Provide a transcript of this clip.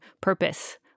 purpose